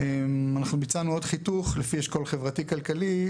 ביצענו עוד חיתוך לפי אשכול חברתי-כלכלי.